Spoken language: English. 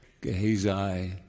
Gehazi